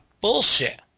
Bullshit